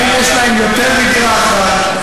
האם יש להם יותר מדירה אחת?